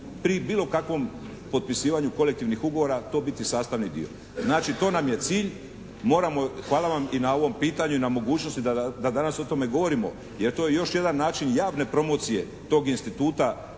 pri bilo kakvom potpisivanju kolektivnih ugovora to biti sastavni dio. Znači, to nam je cilj. Moramo, hvala vam i na ovom pitanju i na mogućnosti da danas o tome govorimo jer to je još jedan način javne promocije tog instituta